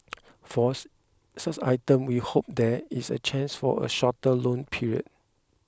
for such items we hope there is a chance for a shorter loan period